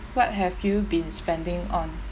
what have you been spending on